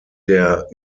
der